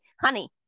honey